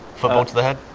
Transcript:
football to the head?